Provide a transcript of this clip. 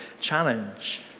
challenge